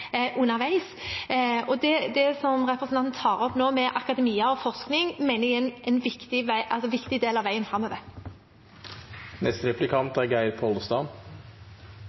underveis. Det som representanten tar opp nå, om akademia og forskning, mener jeg er en viktig del av veien